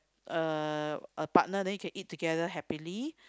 uh a partner then you can eat together happily